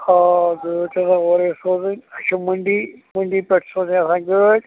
آ گاڑۍ چھےٚ آسان اورَے سوزٕنۍ اَسہِ چھِ مٔنٛڈۍ مٔنٛڈۍ پیٚٹھ چھِ سوزان الگ گٲڑۍ